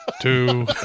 two